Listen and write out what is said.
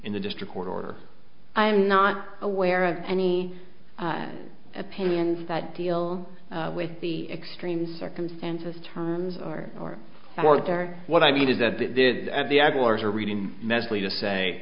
in the district court order i'm not aware of any opinions that deal with the extreme circumstances terms or or border what i mean is that they did at the aguilar's or reading medically to say